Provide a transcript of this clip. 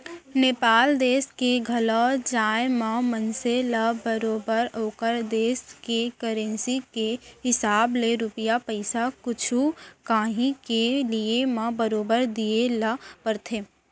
नेपाल देस के घलौ जाए म मनसे ल बरोबर ओकर देस के करेंसी के हिसाब ले रूपिया पइसा कुछु कॉंही के लिये म बरोबर दिये ल परथे